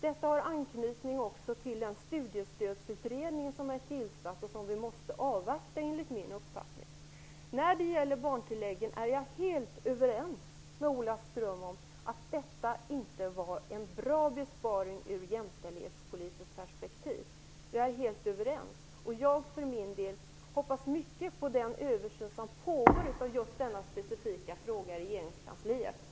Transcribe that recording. Detta har anknytning också till den tillsatta studiestödsutredning, vars arbete vi enligt min uppfattning måste avvakta. När det gäller barntilläggen är vi helt överens, Ola Ström, om att den besparingen inte var bra ur ett jämställdhetspolitiskt perspektiv. Jag för min del hoppas mycket på den översyn som pågår i regeringskansliet beträffande just denna specifika fråga.